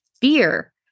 fear